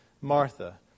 Martha